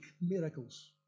miracles